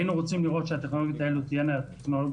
היינו רוצים לראות שהטכנולוגיות האלה תהיינה טכנולוגיות